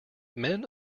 men